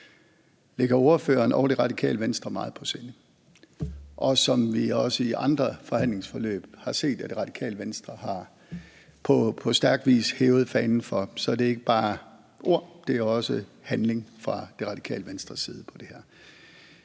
ligger ordføreren og Radikale Venstre meget på sinde, og som vi også i andre forhandlingsforløb har set at Radikale Venstre på stærk vis har hævet fanen for. Så det er ikke bare ord; det er også handling fra Radikale Venstres side på det her.